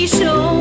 show